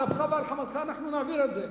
על אפך ועל חמתך אנחנו נעביר את זה.